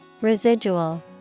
Residual